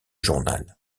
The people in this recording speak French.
journal